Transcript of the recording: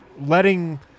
letting